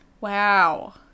Wow